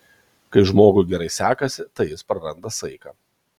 kai žmogui gerai sekasi tai jis praranda saiką